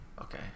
Okay